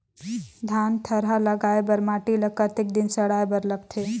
धान थरहा लगाय बर माटी ल कतेक दिन सड़ाय बर लगथे?